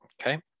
Okay